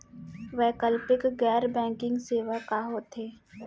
वैकल्पिक गैर बैंकिंग सेवा का होथे?